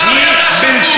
שהמינהל מפעיל את זה,